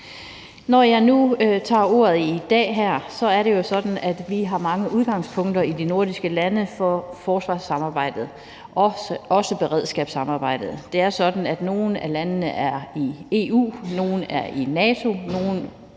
Når jeg nu tager ordet her i dag, vil jeg sige, at vi har mange udgangspunkter i de nordiske lande for forsvarssamarbejdet og også beredskabssamarbejdet. Nogle af landene er medlem af EU, nogle er medlem